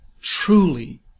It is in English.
Truly